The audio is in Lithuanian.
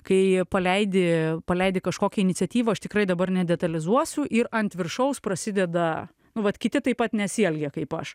kai paleidi paleidi kažkokią iniciatyvą aš tikrai dabar nedetalizuosiu ir ant viršaus prasideda nu vat kiti taip pat nesielgia kaip aš